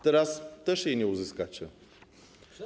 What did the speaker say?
Teraz też jej nie uzyskacie.